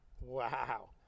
Wow